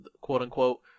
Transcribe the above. quote-unquote